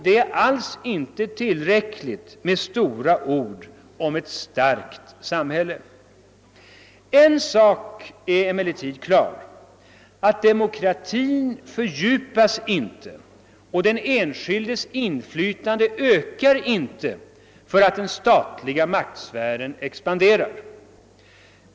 Det är alltså inte tillräckligt med stora ord om ett starkt samhälle. En sak är klar: demokratin fördjupas inte och den enskildes medinflytande ökar inte för att den statliga maktsfären expanderar.